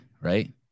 Right